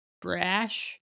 brash